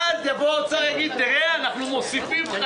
ואז האוצר יגיד: אנחנו מוסיפים לך,